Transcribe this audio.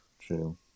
True